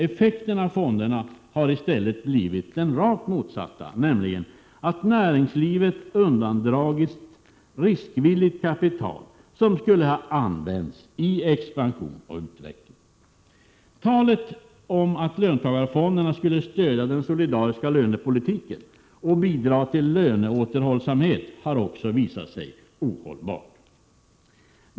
Effekten av fonderna har blivit den rakt motsatta, nämligen att näringslivet undandragits riskvilligt kapital, som skulle ha använts i expansion och utveckling. Talet om att löntagarfonderna skulle stödja den solidariska lönepolitiken och bidra till löneåterhållsamhet har också visat sig ohållbart.